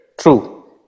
true